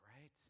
right